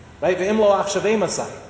right